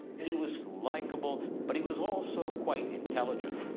he was likeable. but he was also quite intelligent.